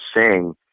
sing